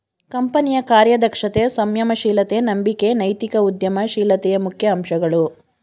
ಕಂಪನಿಯ ಕಾರ್ಯದಕ್ಷತೆ, ಸಂಯಮ ಶೀಲತೆ, ನಂಬಿಕೆ ನೈತಿಕ ಉದ್ಯಮ ಶೀಲತೆಯ ಮುಖ್ಯ ಅಂಶಗಳು